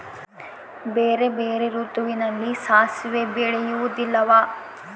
ಬೇರೆ ಬೇರೆ ಋತುವಿನಲ್ಲಿ ಸಾಸಿವೆ ಬೆಳೆಯುವುದಿಲ್ಲವಾ?